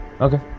Okay